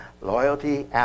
loyalty